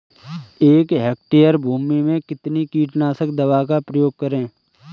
एक हेक्टेयर भूमि में कितनी कीटनाशक दवा का प्रयोग करें?